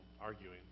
arguing